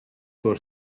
for